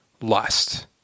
lust